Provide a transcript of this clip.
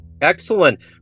excellent